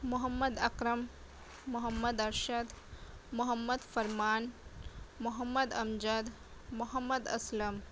Muhammad Akram Muhammad Arshad Muhammad Farman Muhammad Amjad Muhammad Aslam